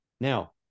Now